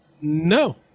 No